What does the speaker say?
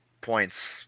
points